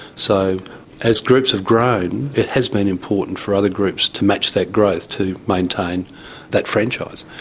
so as groups have grown it has been important for other groups to match that growth to maintain that franchise.